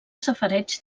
safareig